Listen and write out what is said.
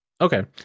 Okay